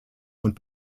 und